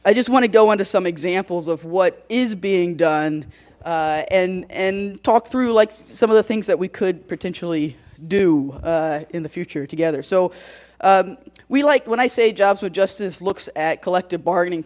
i just want to go into some examples of what is being done and and talk through like some of the things that we could potentially do in the future together so we like when i say jobs with justice looks at collective bargaining